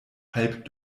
halb